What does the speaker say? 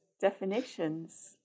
definitions